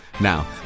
Now